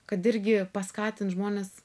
kad irgi paskatins žmones